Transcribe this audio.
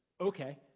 okay